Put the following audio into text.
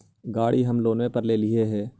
गाड़ी हम लोनवे पर लेलिऐ हे?